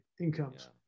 incomes